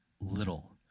little